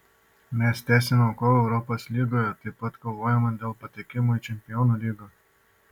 mes tęsiame kovą europos lygoje taip pat kovojame dėl patekimo į čempionų lygą